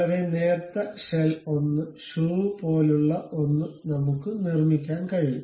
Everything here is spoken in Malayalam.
വളരെ നേർത്ത ഷെൽ ഒന്ന് ഷൂ പോലുള്ള ഒന്ന് നമുക്ക് നിർമ്മിക്കാൻ കഴിയും